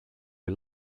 you